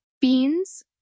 beans